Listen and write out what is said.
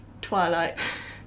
Twilight